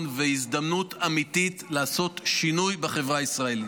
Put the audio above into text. והזדמנות אמיתית לעשות שינוי בחברה הישראלית.